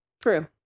true